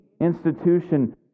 institution